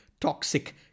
toxic